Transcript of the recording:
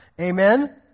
amen